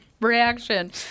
Reaction